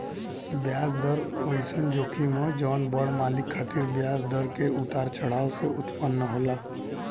ब्याज दर ओइसन जोखिम ह जवन बड़ मालिक खातिर ब्याज दर के उतार चढ़ाव से उत्पन्न होला